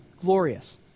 glorious